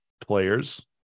players